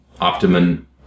optimum